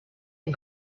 and